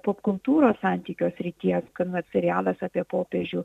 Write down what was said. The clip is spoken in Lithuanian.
popkultūros santykio srities kada serialas apie popiežių